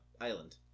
island